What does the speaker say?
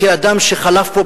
כאדם שחלף פה,